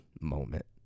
moment